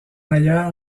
ailleurs